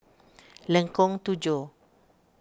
Lengkong Tujuh